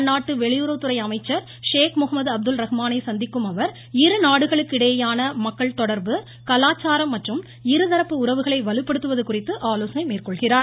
அந்நாட்டு வெளியுறவு துறை அமைச்சர் ஷேக் முகமது அப்துல் ரஹ்மானை சந்திக்கும் அவர் இரு நாடுகளுக்கு இடையேயான மக்கள் தொடர்பு கலாச்சாரம் மற்றும் இருதரப்பு உறவுகளை வலுப்படுத்துவது குறித்து ஆலோசனை மேற்கொள்கிறார்